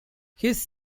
his